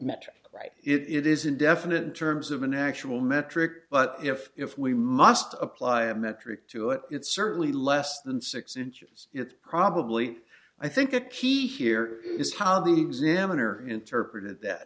metric right it is indefinite in terms of an actual metric but if if we must apply a metric to it it's certainly less than six inches it's probably i think a key here is how the examiner interpreted it that